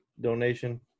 donation